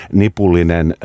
nipullinen